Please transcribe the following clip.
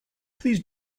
please